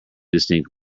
distinct